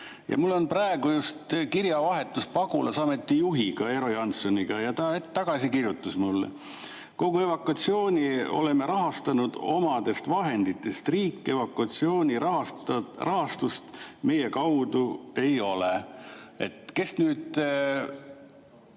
Mul on praegu just kirjavahetus pagulasameti juhiga, Eero Jansoniga, ja ta hetk tagasi kirjutas mulle: "Kogu evakuatsiooni oleme rahastanud omadest vahenditest. Riik evakuatsioonirahastust meie kaudu ei ole ..." Kes nüüd